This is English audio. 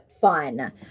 fun